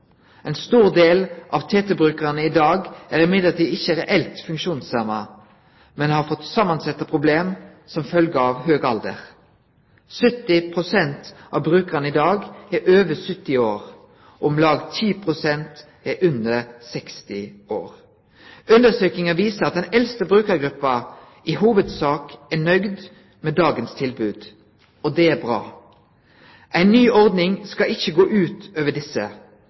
Ein stor del av TT-brukarane i dag er likevel ikkje reelt funksjonshemma, men har fått samansette problem som følgje av høg alder. 70 pst. av brukarane i dag er over 70 år, og om lag 10 pst. er under 60 år. Undersøkingar viser at den eldste brukargruppa i hovudsak er nøgd med dagens tilbod. Det er bra. Ei ny ordning skal ikkje gå ut over desse.